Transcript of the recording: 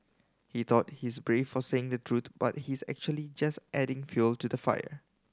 he thought he's brave for saying the truth but he's actually just adding fuel to the fire